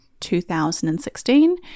2016